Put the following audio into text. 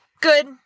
good